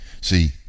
See